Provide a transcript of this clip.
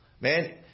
man